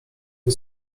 nie